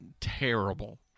Terrible